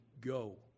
go